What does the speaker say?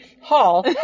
hall